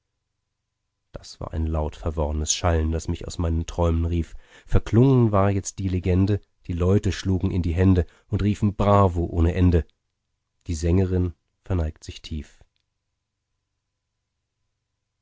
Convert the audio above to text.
das war ein laut verworrnes schallen das mich aus meinem träumen rief verklungen war jetzt die legende die leute schlugen in die hände und riefen bravo ohne ende die sängerin verneigt sich tief